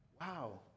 wow